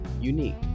unique